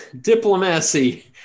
diplomacy